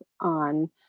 on